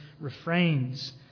refrains